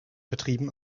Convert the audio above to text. betrieben